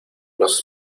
nos